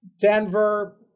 Denver